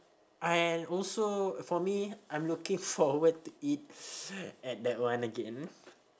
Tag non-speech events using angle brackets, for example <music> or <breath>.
I also for me I'm looking forward to eat <breath> at that one again